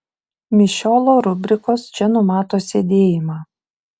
mišiolo rubrikos čia numato sėdėjimą